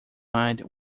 mind